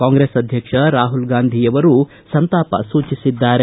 ಕಾಂಗ್ರೆಸ್ ಅಧ್ಯಕ್ಷ ರಹುಲ್ ಗಾಂಧಿಯವರೂ ಸಂತಾಪ ಸೂಚಿಸಿದ್ದಾರೆ